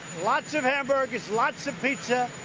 lots of hamburgers, lots of pizza.